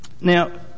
Now